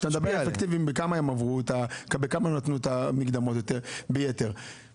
כשאתה מדבר על האפקטיביים בכמה הם נתנו את המקדמות ביתר באחוזים?